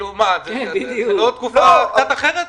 זה לא תקופה קצת אחרת?